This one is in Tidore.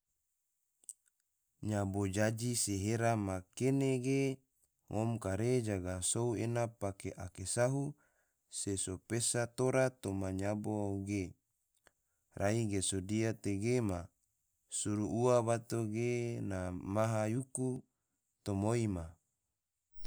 Nyabo jaji se hera ma kene ge, ngom kare jaga sou ena pake ake sahu, se so pesa tora toma nyabo ge, rai ge sodia tege ma, suru ua bato ene maha yuku tomoi ma,